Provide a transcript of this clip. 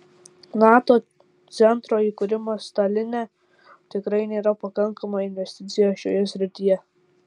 nato centro įkūrimas taline tikrai nėra pakankama investicija šioje srityje